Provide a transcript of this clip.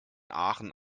aachen